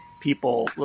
people